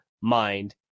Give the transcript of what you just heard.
mind